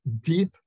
deep